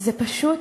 זה פשוט